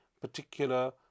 particular